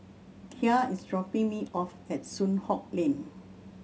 Kya is dropping me off at Soon Hock Lane